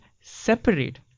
separate